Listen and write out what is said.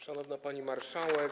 Szanowna Pani Marszałek!